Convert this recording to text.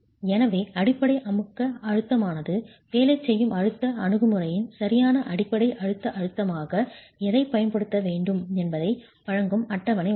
எனவே அடிப்படை அமுக்க அழுத்தமானது வேலை செய்யும் அழுத்த அணுகுமுறையின் சரியான அடிப்படை அழுத்த அழுத்தமாக எதைப் பயன்படுத்த வேண்டும் என்பதை வழங்கும் அட்டவணை உள்ளது